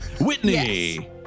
Whitney